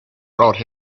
brought